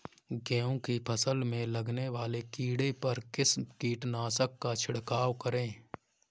गेहूँ की फसल में लगने वाले कीड़े पर किस कीटनाशक का छिड़काव करें?